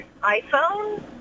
iPhone